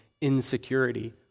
insecurity